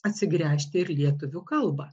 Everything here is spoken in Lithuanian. atsigręžti ir į lietuvių kalbą